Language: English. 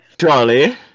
Charlie